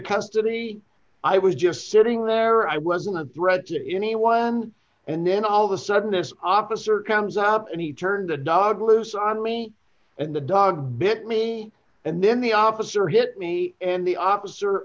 custody i was just sitting there i wasn't a threat to anyone and then all the sudden this office or comes up and he turned the dog loose on me and the dog bit me and then the officer hit me in the o